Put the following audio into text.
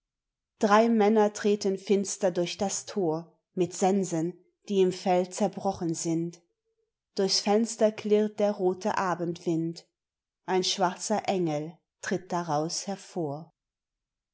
drei männer treten finster durch das tor mit sensen die im feld zerbrochen sind durchs fenster klirrt der rote abendwind ein schwarzer engel tritt daraus hervor